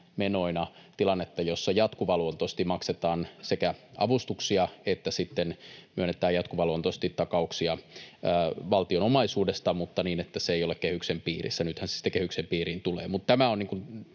menoina tilannetta, jossa sekä maksetaan jatkuvaluontoisesti avustuksia että sitten myönnetään jatkuvaluontoisesti takauksia valtion omaisuudesta mutta niin, että se ei ole kehyksen piirissä. Nythän se sitten kehyksen piiriin tulee. Mutta